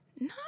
No